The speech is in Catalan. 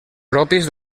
pròpies